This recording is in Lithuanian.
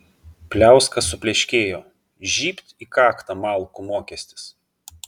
pliauska supleškėjo žybt į kaktą malkų mokestis